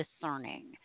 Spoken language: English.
discerning